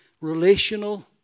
relational